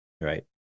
Right